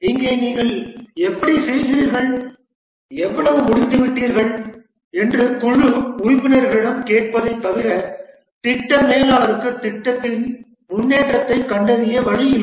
இங்கே நீங்கள் எப்படி செய்கிறீர்கள் எவ்வளவு முடித்துவிட்டீர்கள் என்று குழு உறுப்பினர்களிடம் கேட்பதைத் தவிர திட்ட மேலாளருக்கு திட்டத்தின் முன்னேற்றத்தைக் கண்டறிய வழி இல்லை